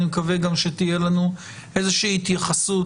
אני מקווה גם שתהיה לנו איזושהי התייחסות